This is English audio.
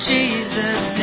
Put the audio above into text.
Jesus